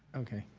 okay.